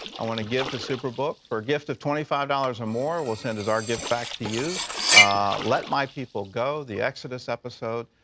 i want to give to superbook. for a gift of twenty five dollars or more, we'll send as our gift back to you let my people go, the exodus episode.